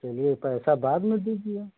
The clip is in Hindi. चलिए पैसा बाद में दे दियो